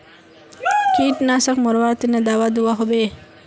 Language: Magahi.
कीटनाशक मरवार तने दाबा दुआहोबे?